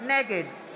היבה יזבק, בעד